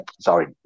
Sorry